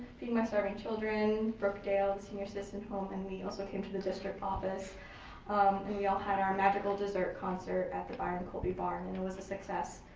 feed my starving children, brookdale senior citizen home and we also came to the district office and we all had our magical dessert concert at the byron colby barn and it was a success.